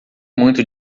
muito